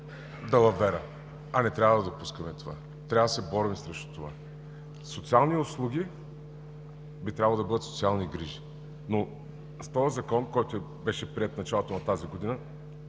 далавера. А не трябва да допускаме това, трябва да се борим с това. Социалните услуги би трябвало да бъдат социални грижи. С този закон, който беше приет в началото на тази година,